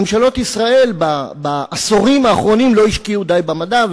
ממשלות ישראל בעשורים האחרונים לא השקיעו די במדע,